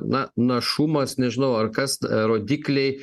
na našumas nežinau ar kas rodikliai